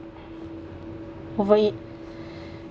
over it